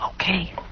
Okay